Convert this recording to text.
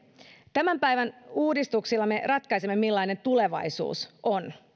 tämän päivän uudistuksilla me ratkaisemme millainen tulevaisuus on